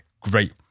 Great